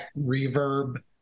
reverb